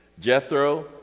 Jethro